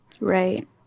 Right